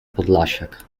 podlasiak